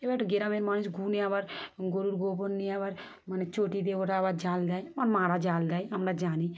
এবার একটু গ্রামের মানুষ গু নিয়ে আবার গরুর গোবর নিয়ে আবার মানে চটি দিয়ে ওরা আবার জাল দেয় আমার মারা জাল দেয় আমরা জানি